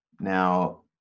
Now